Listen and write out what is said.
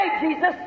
Jesus